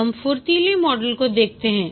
अब हम फुर्तीले मॉडल को देखते हैं